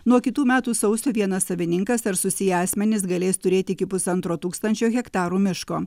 nuo kitų metų sausio vienas savininkas ar susiję asmenys galės turėti iki pusantro tūkstančio hektarų miško